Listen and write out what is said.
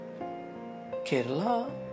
Kerala